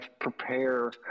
prepare